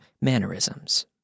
mannerisms